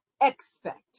expect